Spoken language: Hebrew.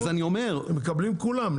ואת זה מקבלים כולם,